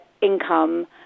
income